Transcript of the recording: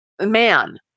man